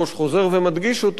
חוזר ומדגיש אותו,